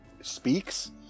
Speaks